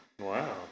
Wow